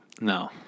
No